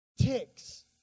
ticks